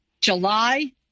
July